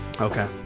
Okay